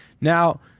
Now